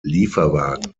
lieferwagen